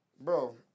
Bro